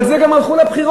על זה גם הלכו לבחירות,